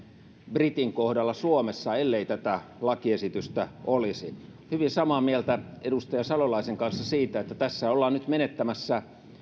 britin kohdalla suomessa ellei tätä lakiesitystä olisi olen hyvin samaa mieltä edustaja salolaisen kanssa siitä että tässä ollaan nyt menettämässä